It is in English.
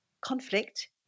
conflict